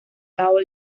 gao